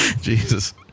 Jesus